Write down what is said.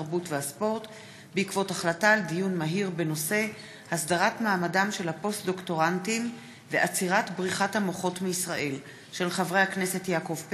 התרבות והספורט בעקבות דיון מהיר בהצעתם של חברי הכנסת יעקב פרי,